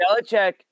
Belichick